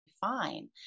fine